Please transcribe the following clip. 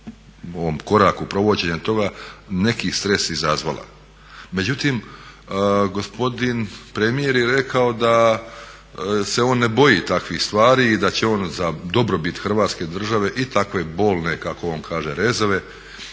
ovom koraku provođenja toga neki stres izazvala. Međutim, gospodin premijer je rekao da se on ne boji takvih stvari i da će on za dobrobit Hrvatske države i takve bolne kako on kaže rezove,